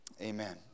Amen